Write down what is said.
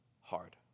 hard